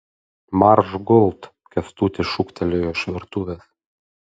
marš gult kęstutis šūktelėjo iš virtuvės